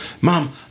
Mom